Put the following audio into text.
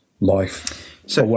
life